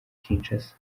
kinshasa